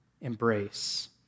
embrace